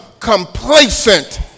complacent